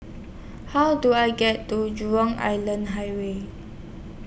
How Do I get to Jurong Island Highway